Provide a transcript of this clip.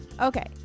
okay